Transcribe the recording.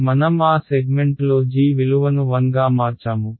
మనం ఆ సెగ్మెంట్లో g విలువను 1 గా మార్చాము